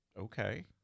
Okay